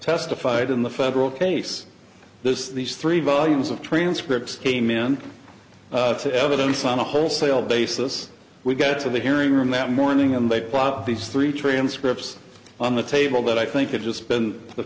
testified in the federal case this these three volumes of transcripts came in to evidence on a wholesale basis we got to the hearing room that morning and they brought these three trillion scripts on the table that i think it's just been the